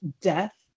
death